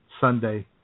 Sunday